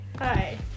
hi